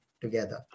together